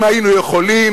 אם היינו יכולים,